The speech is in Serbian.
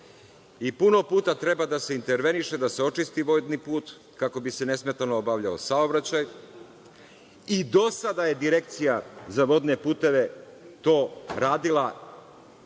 I puno puta treba da se interveniše da se očisti vodni put, kako bi se nesmetano obavljao saobraćaj. I do sada je Direkcija za vodne puteve to radila,